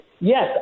yes